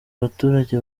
baturage